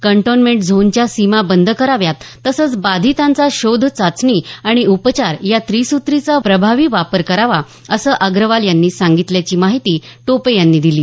cantonment झोनच्या सीमा बंद कराव्यात तसंच बाधितांचा शोध चाचणी आणि उपचार या त्रिसूत्रीचा प्रभावी वापर करावा असं अग्रवाल यांनी सांगितल्याची माहिती टोपे यांनी दिली